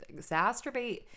exacerbate